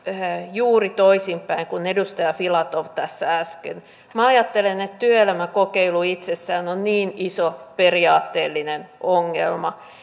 juuri toisinpäin kuin edustaja filatov tässä äsken minä ajattelen että työelämäkokeilu itsessään on niin iso periaatteellinen ongelma